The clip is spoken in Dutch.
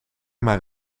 maar